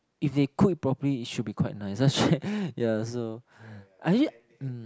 if they cook it properly it should be quite nice that's right yeah so actually mm